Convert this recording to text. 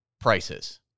prices